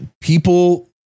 people